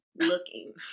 Looking